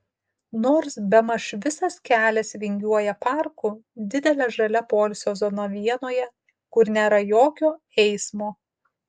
nors bemaž visas kelias vingiuoja parku didele žalia poilsio zona vienoje kur nėra jokio eismo